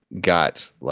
got